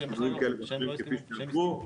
עם הסדרים כאלה ואחרים כפי שנקבעו,